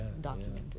documented